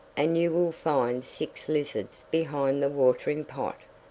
and you will find six lizards behind the watering-pot,